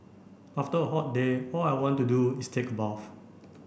after a hot day all I want to do is take a bath